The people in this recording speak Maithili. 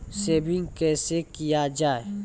सेविंग कैसै किया जाय?